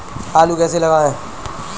आलू कैसे लगाएँ?